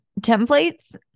templates